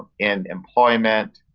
in employment,